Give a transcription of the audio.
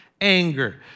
anger